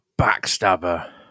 backstabber